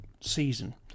season